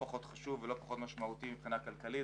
פחות חשוב ולא פחות משמעותי מבחינה כלכלית,